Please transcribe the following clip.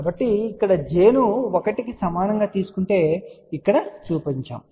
కాబట్టి ఇక్కడ j ను 1 కి సమానంగా తీసుకుంటే ఇక్కడ చూపబడుతుంది